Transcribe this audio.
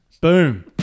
boom